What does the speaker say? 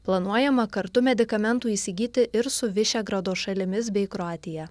planuojama kartu medikamentų įsigyti ir su višegrado šalimis bei kroatija